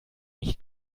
nicht